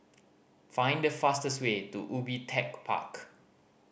find the fastest way to Ubi Tech Park